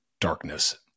darkness